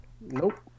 Nope